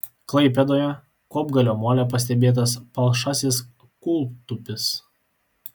klaipėdoje kopgalio mole pastebėtas palšasis kūltupis